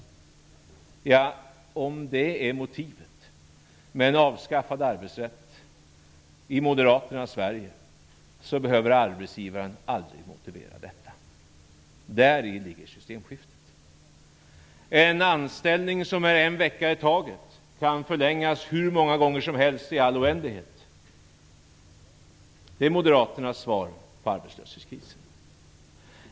Om detta är motivet med en avskaffad arbetsrätt i moderaternas Sverige behöver arbetsgivaren aldrig motivera en uppsägning. Däri ligger systemskiftet. En anställning som löper för en vecka i taget kan förlängas hur många gånger som helst i all oändlighet, det är moderaternas svar på arbetslöshetskrisen.